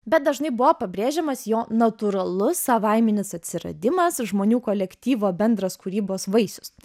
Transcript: bet dažnai buvo pabrėžiamas jo natūralus savaiminis atsiradimas žmonių kolektyvo bendras kūrybos vaisius